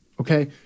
okay